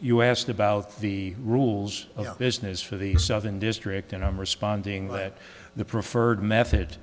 you asked about the rules of business for the southern district and i'm responding that the preferred method